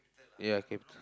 ya